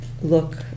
look